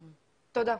תודה.